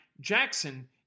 Jackson